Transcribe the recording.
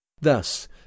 Thus